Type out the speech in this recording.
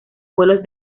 vuelos